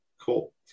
Cool